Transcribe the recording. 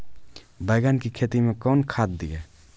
बैंगन की खेती मैं कौन खाद दिए?